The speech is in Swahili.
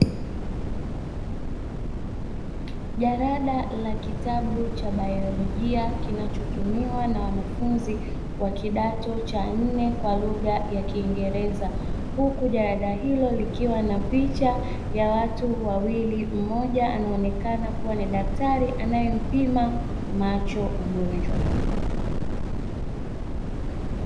Jalada la kitabu cha baiolojia kinachotumiwa na wanafunzi wa kidato cha nne kwa lugha ya kiingereza, huku jalada hilo likiwa na picha ya watu wawili; mmoja anaonekana kuwa ni daktari anayempima macho mgonjwa.